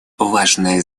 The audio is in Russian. важное